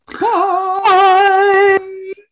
Bye